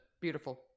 Beautiful